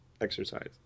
exercise